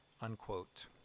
Unquote